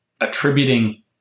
attributing